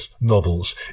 novels